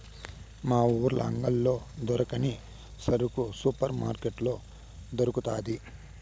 మన ఊర్ల అంగిల్లో దొరకని సరుకు సూపర్ మార్కట్లో దొరకతాది